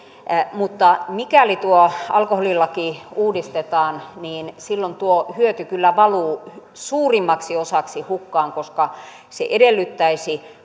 mutta mikäli alkoholilaki uudistetaan niin silloin tuo hyöty kyllä valuu suurimmaksi osaksi hukkaan koska se edellyttäisi